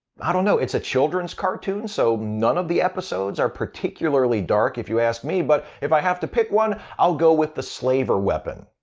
i dunno, it's a children's cartoon so none of the episodes are particularly dark if you ask me. but if i have to pick one, i'll go with the slaver weapon,